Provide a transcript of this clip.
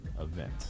event